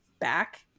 back